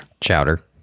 Chowder